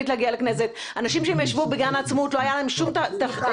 באלימות מפגינים נגדו יש לו חלק והוא אחראי לזה.